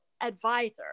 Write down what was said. advisor